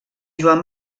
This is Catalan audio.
joan